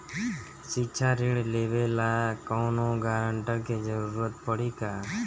शिक्षा ऋण लेवेला कौनों गारंटर के जरुरत पड़ी का?